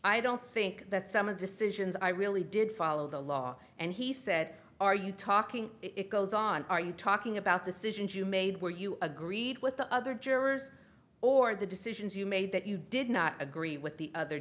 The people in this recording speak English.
i don't think that some of decisions i really did follow the law and he said are you talking it goes on are you talking about the sit ins you made where you agreed with the other jurors or the decisions you made that you did not agree with the other